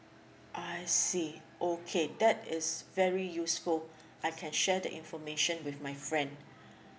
I see okay that is very useful I can share the information with my friend